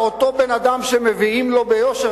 ישב מישהו ושמע את השיחה,